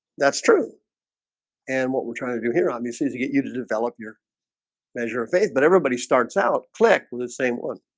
that's true and what we're trying to do here obviously to get you to develop your measure of faith, but everybody starts out click with the same one